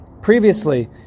previously